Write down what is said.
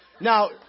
Now